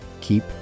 keep